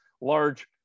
large